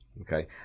Okay